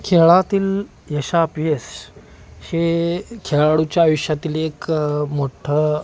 खेळातील यशापयश हे खेळाडूच्या आयुष्यातील एक मोठं